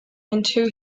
until